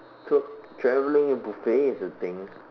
so travelling buffet is a thing